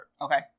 Okay